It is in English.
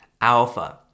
alpha